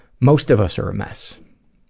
most of us are a mess.